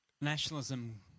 nationalism